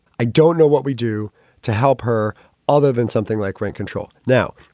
i don't know what we do to help her other than something like rent control. now,